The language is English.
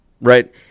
right